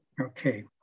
Okay